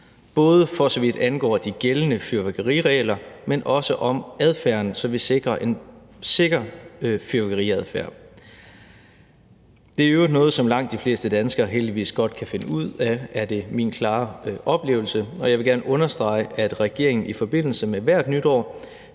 både for så vidt angår de gældende fyrværkeriregler, men også om adfærden, så vi sikrer en sikker fyrværkeriadfærd. Det er i øvrigt min klare oplevelse, at det er noget, som langt de fleste danskere heldigvis godt kan finde ud af, og jeg vil gerne understrege, at regeringen i forbindelse med hvert nytår